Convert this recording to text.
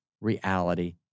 reality